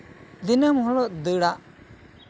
ᱫᱤᱱᱟᱹᱢ ᱦᱤᱞᱳᱜ ᱫᱟᱹᱲᱟᱜ